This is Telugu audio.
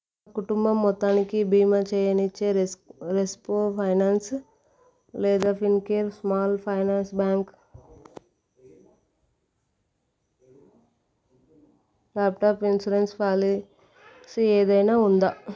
కుటుంబం మొత్తానికి బీమా చేయనిచ్చే రెస్ రెస్పో ఫైనాన్స్ లేదా Fincare small finance bank laptop insurance policy ఏదైనా ఉందా